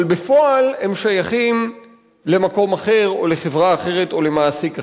אבל בפועל הם שייכים למקום אחר או לחברה אחרת או למעסיק אחר.